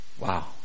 Wow